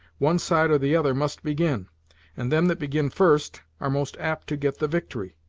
one side or the other must begin and them that begin first, are most apt to get the victory.